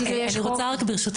אפילו יש חוק -- אני רוצה רק ברשותך,